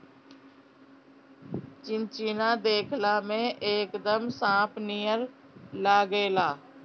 चिचिना देखला में एकदम सांप नियर लागेला